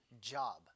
Job